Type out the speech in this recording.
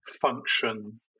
function